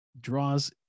draws